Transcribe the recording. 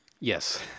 Yes